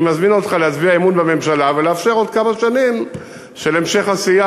אני מזמין אותך להצביע אמון בממשלה ולאפשר עוד כמה שנים של המשך עשייה,